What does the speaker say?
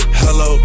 hello